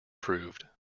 proved